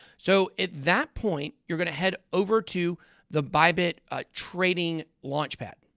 so, at that point, you're going to head over to the bybit ah trading launchpad.